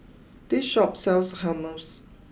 this Shop sells Hummus